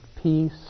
peace